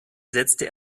setzte